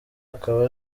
akaba